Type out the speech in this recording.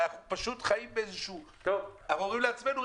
אנחנו חיים באיזשהו אנחנו אומרים לעצמנו: